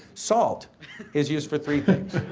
salt is used for three things.